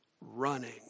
running